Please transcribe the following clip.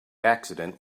accident